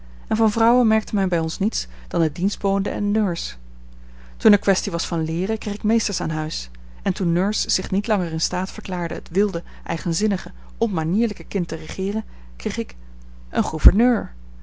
en van vrouwen merkte men bij ons niets dan de dienstboden en nurse toen er kwestie was van leeren kreeg ik meesters aan huis en toen nurse zich niet langer in staat verklaarde het wilde eigenzinnige onmanierlijk kind te regeeren kreeg ik een gouverneur